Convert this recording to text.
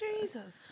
Jesus